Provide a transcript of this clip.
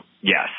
Yes